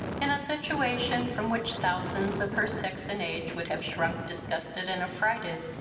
in a situation from which thousands of her sex and age would have shrunk disgusted and affrighted,